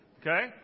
Okay